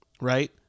right